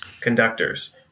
conductors